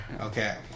okay